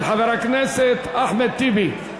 של חבר הכנסת אחמד טיבי.